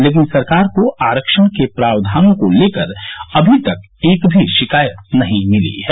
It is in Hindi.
लेकिन सरकार को आरक्षण के प्रावधानों को लेकर अभी तक एक भी शिकायत नहीं मिली है